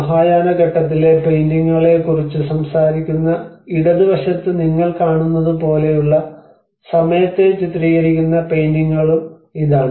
മഹായാന ഘട്ടത്തിലെ പെയിന്റിംഗുകളെക്കുറിച്ച് സംസാരിക്കുന്ന ഇടത് വശത്ത് നിങ്ങൾ കാണുന്നത് പോലെയുള്ള സമയത്തെ ചിത്രീകരിക്കുന്ന പെയിന്റിംഗുകളും ഇതാണ്